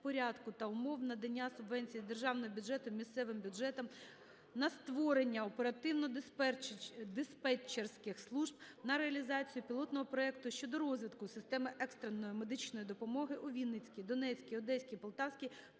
порядку та умов надання субвенції з державного бюджету місцевим бюджетам на створення оперативно-диспетчерських служб, на реалізацію пілотного проекту щодо розвитку системи екстреної медичної допомоги у Вінницькій, Донецькій, Одеській, Полтавській,